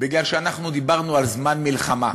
כי אנחנו דיברנו על זמן מלחמה.